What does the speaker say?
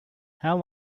how